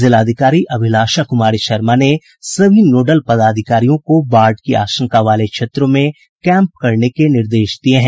जिलाधिकारी अभिलाषा कुमारी शर्मा ने सभी नोडल पदाधिकारियों को बाढ़ की आशंका वाले क्षेत्रों में कैम्प करने का निर्देश दिया है